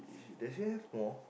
she does she have more